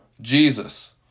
Jesus